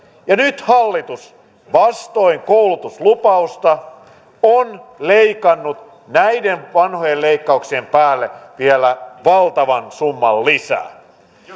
ja nyt hallitus vastoin koulutuslupausta on leikannut näiden vanhojen leikkauksien päälle vielä valtavan summan lisää